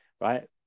right